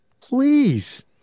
please